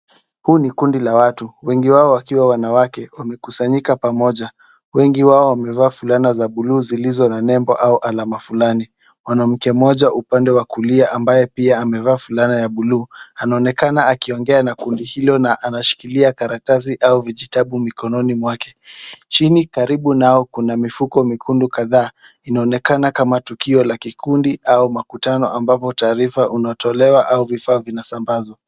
Hili ni kundi la watu wengi wao wakiwa wanawake wamekusanyika pamoja. Wengi wao wamevaa fulana za buluu zilizo na nembo au alama fulani. Mwanamke mmoja upande wa kulia ambaye pia amevaa fulana ya buluu anaonekana akiongea na kundi hilo na anashikilia karatasi au vijitabu mikononi mwake. Chini karibu nao kuna mifuko miekundu kadhaa. Inaonekana kama tukio la kikundi au makutano ambapo taarifa inatolewa au vifaa vinasambazwa.